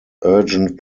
urgent